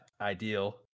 ideal